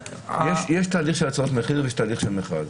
יש תהליך של הצעות מחיר, ויש תהליך של מכרז.